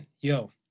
Yo